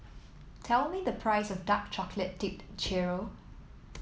tell me the price of Dark Chocolate Dipped Churro